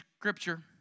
scripture